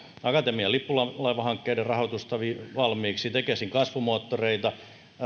akatemian lippulaivahankkeiden rahoitusta valmiiksi tekesin kasvumoottoreita